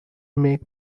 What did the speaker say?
make